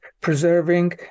preserving